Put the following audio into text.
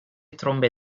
trombe